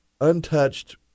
untouched